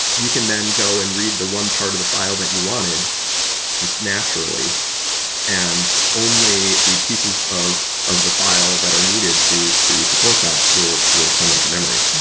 you can then go and read the one part of the file that you wanted just naturally and only the pieces of of the file that are needed to to support that will will come into memory.